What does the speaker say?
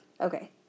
Okay